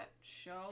show